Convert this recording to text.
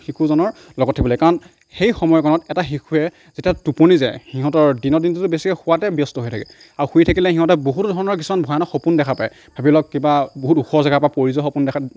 শিশুজনৰ লগত থাকিব লাগে কাৰণ সেই সময়কণত এটা শিশুৱে যেতিয়া টোপনি যায় সিহঁতৰ দিনৰ দিনটোতো বেছি শুৱাতে ব্যস্ত হৈ থাকে আৰু শুই থাকিলে সিহঁতে বহুতো ধৰণৰ কিছুমান ভয়ানক সপোন দেখা পায় ভাবি লওক কিবা বহুত ওখ জেগাৰপৰা পৰি যোৱা সপোন দেখা